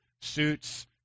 suits